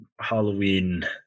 Halloween